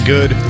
Good